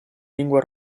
lingua